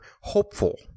hopeful